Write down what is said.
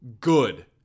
good